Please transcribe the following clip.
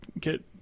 get